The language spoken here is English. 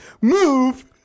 move